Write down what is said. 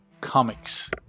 Comics